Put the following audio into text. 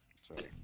Sorry